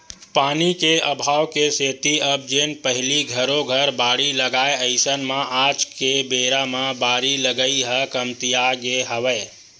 पानी के अभाव के सेती अब जेन पहिली घरो घर बाड़ी लगाय अइसन म आज के बेरा म बारी लगई ह कमतियागे हवय